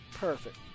Perfect